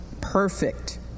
perfect